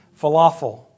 falafel